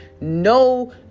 no